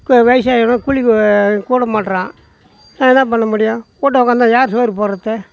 இப்போ வயது ஆயிடும் கூலிக்கு கூப்பிட மாட்றான் என்ன பண்ண முடியும் வீட்ல உக்காந்தா யார் சோறு போடுறது